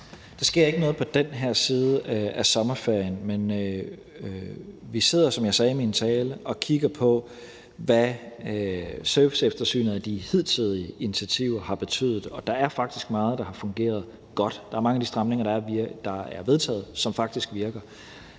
Der sker ikke noget på den her side af sommerferien. Men vi sidder, som jeg sagde i min tale, og kigger på, hvad serviceeftersynet af de hidtidige initiativer har betydet, og der er faktisk meget, der har fungeret godt. Der er mange af de stramninger, der er vedtaget, som faktisk virker.